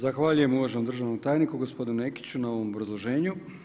Zahvaljujem uvaženom državnom tajniku gospodinu Nekiću na ovom obrazloženju.